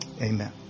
Amen